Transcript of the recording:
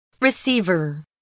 Receiver